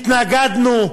התנגדנו,